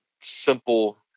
simple